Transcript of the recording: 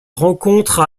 rencontre